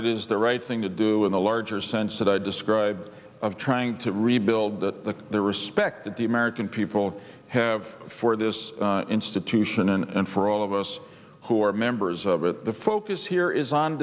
it is the right thing to do in the larger sense that i described of trying to rebuild the the respect that the american people have for this institution and for all of us who are members of it the focus here is on